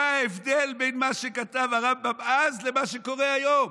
מה ההבדל בין מה שכתב הרמב"ם אז למה שקורה היום?